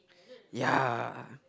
ya